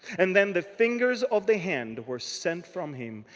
and then the fingers of the hand were sent from him,